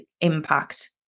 impact